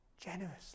generously